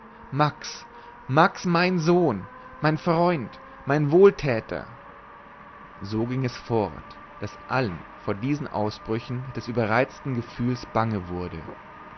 max max mein sohn mein freund mein wohltäter so ging es fort daß allen vor diesen ausbrüchen des überreizten gefühls bange wurde